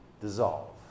dissolve